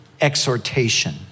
exhortation